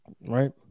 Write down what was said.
Right